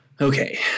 Okay